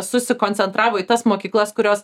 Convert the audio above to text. susikoncentravo į tas mokyklas kurios